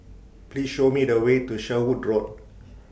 Please Show Me The Way to Sherwood Road